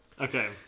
Okay